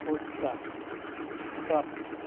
ফুচকা সব